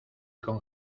con